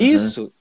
Isso